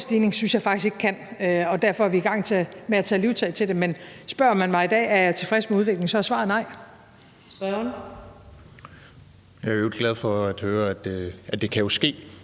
Jeg er i øvrigt glad for at høre, at det jo kan ske,